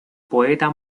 poeta